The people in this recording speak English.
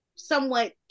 Somewhat